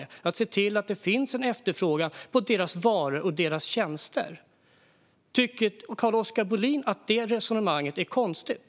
Det gäller att se till att det finns en efterfrågan på deras varor och tjänster. Tycker Carl-Oskar Bohlin att det resonemanget är konstigt?